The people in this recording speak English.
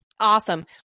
awesome